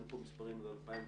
אין פה מספרים של 2020,